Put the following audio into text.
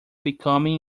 becoming